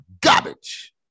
garbage